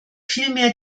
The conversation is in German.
vielmehr